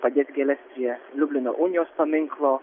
padės gėles prie liublino unijos paminklo